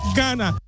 Ghana